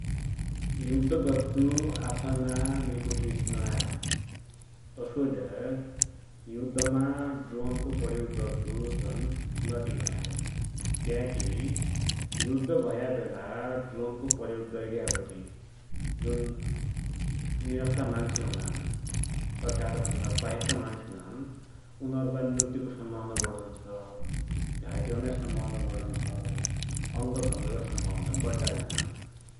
युद्ध गद्दु आफैमा निको चिज त नै हो। तसोइलै युद्दमा छन् ड्रोन प्रयोग गद्दु झन् नितिक नाइँ हो। क्याकी युद्ध भया बेला ड्रोनको प्रयोग गरिग्याबटि जुन निहत्था मान्सु हुनान सरकार भन्दा बाहेक का मान्सु हुनान उनरोलै मृत्युको सम्भावाना बढुञ्छ, घाइते हुन्या सम्भावना बढुञ्छ, अंगभंग का सम्भावना बड्डाइ झानान।